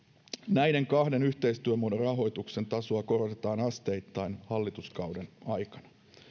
näiden kahden yhteistyömuodon rahoituksen tasoa korotetaan asteittain hallituskauden aikana